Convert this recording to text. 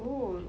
!woo!